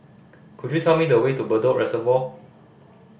could you tell me the way to Bedok Reservoir